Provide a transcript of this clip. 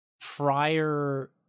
prior